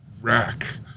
rack